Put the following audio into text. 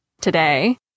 today